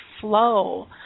flow